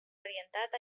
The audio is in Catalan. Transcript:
orientat